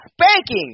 spanking